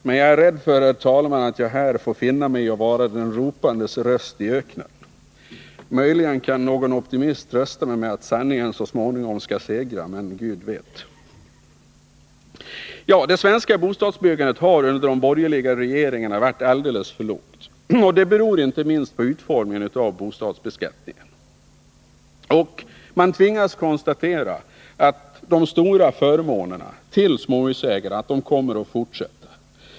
Men jag är, herr talman, rädd för att jag får finna mig i att vara den ropandes röst i öknen. Möjligen kan någon optimist trösta mig med att sanningen så småningom skall segra — men Gud vet. Det svenska bostadsbyggandet har under de borgerliga regeringarna varit alldeles för lågt. Det beror inte minst på utformningen av bostadsbeskattningen. Man tvingas konstatera att de stora förmånerna till småhusägarna kommer att fortsätta.